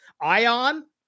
Ion